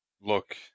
look